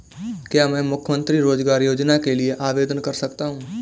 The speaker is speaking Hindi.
क्या मैं मुख्यमंत्री रोज़गार योजना के लिए आवेदन कर सकता हूँ?